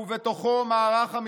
ובתוכו, מה זה קשור?